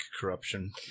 corruption